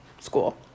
school